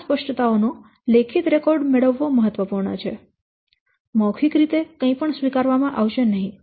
આ સ્પષ્ટતાઓનો લેખિત રેકોર્ડ મેળવવો મહત્વપૂર્ણ છે મૌખિક રીતે કંઇ પણ સ્વીકારમાં આવશે નહીં